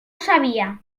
sabia